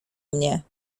mnie